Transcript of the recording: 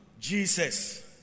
Jesus